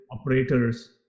operators